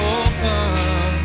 open